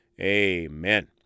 amen